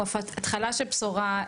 או התחלה של בשורה,